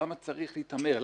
למה צריך להתעמר?